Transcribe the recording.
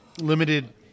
limited